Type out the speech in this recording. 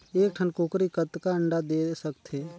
एक ठन कूकरी कतका अंडा दे सकथे?